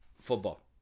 football